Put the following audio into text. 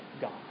God